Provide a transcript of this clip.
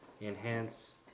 enhance